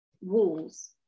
walls